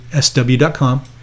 SW.com